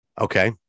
Okay